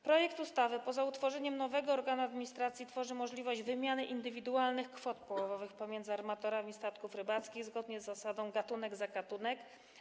Projekt ustawy, poza utworzeniem nowego organu administracji, tworzy możliwość wymiany indywidualnych kwot połowowych pomiędzy armatorami statków rybackich zgodnie z zasadą gatunek za gatunek.